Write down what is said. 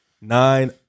Nine